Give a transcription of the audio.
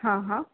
હા હા